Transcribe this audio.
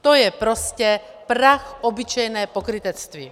To je prostě prachobyčejné pokrytectví!